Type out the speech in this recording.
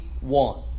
one